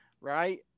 Right